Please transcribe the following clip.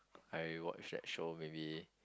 I watch that show maybe